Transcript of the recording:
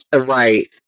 Right